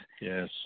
Yes